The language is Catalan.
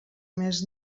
més